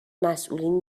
مسئولین